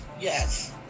Yes